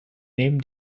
nehmen